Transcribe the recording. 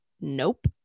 Nope